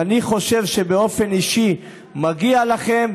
אני חושב באופן אישי שמגיע לכם,